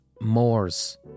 Moors